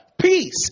peace